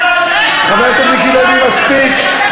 חבר הכנסת מיקי לוי, מספיק.